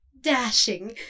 dashing